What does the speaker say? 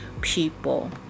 people